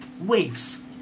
waves